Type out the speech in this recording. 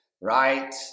right